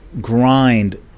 grind